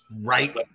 Right